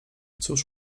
cóż